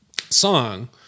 song